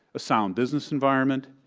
a sound business environment,